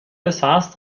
besaß